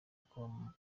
uko